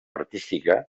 artística